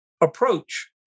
approach